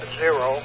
zero